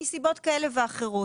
מסיבות כאלה ואחרות,